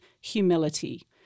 humility